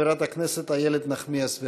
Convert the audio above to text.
חברת הכנסת איילת נחמיאס ורבין.